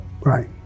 right